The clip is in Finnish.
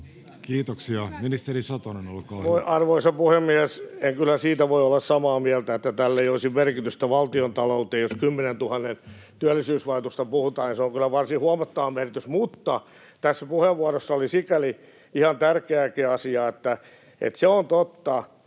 sd) Time: 16:23 Content: Arvoisa puhemies! En kyllä siitä voi olla samaa mieltä, että tällä ei olisi merkitystä valtiontalouteen, jos 10 000:n työllisyysvaikutuksesta puhutaan. Sillä on kyllä varsin huomattava merkitys. Mutta tässä puheenvuorossa oli sikäli ihan tärkeääkin asiaa, että se on totta,